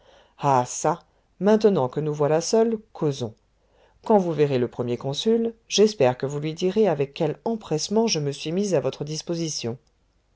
ah ça maintenant que nous voilà seuls causons quand vous verrez le premier consul j'espère que vous lui direz avec quel empressement je me suis mis à votre disposition